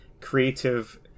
creative